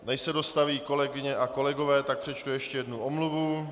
Než se dostaví kolegyně a kolegové, tak přečtu ještě jednu omluvu.